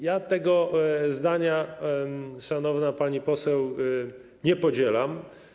Ja tego zdania, szanowna pani poseł, nie podzielam.